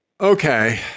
Okay